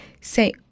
say